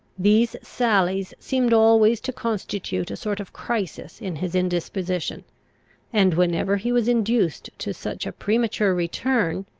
these sallies seemed always to constitute a sort of crisis in his indisposition and, whenever he was induced to such a premature return,